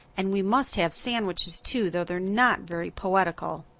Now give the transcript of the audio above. and we must have sandwiches too, though they're not very poetical.